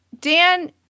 Dan